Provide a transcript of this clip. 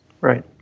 Right